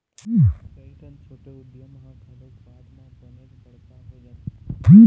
कइठन छोटे उद्यम ह घलोक बाद म बनेच बड़का हो जाथे